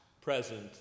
present